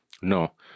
No